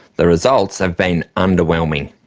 the results have been underwhelming.